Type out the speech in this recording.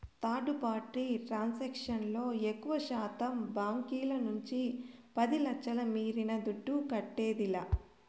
third party transaction లో ఎక్కువశాతం బాంకీల నుంచి పది లచ్ఛల మీరిన దుడ్డు కట్టేదిలా